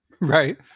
Right